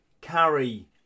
carry